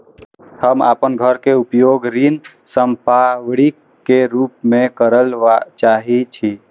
हम अपन घर के उपयोग ऋण संपार्श्विक के रूप में करल चाहि छी